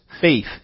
faith